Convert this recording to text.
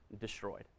destroyed